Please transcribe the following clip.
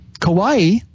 Kauai